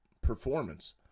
performance